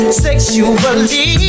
sexually